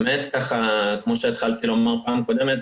כמו שהתחלתי לומר בפעם הקודמת,